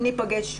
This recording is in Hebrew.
מי נמנע?